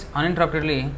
uninterruptedly